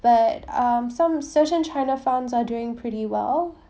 but um some certain china funds are doing pretty well